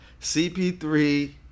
CP3